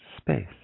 space